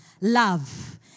love